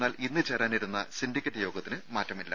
എന്നാൽ ഇന്നു ചേരാനിരുന്ന സിൻഡിക്കേറ്റ് യോഗത്തിന് മാറ്റമില്ല